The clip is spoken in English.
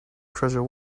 treasure